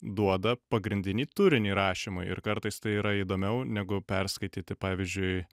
duoda pagrindinį turinį rašymui ir kartais tai yra įdomiau negu perskaityti pavyzdžiui